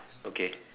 okay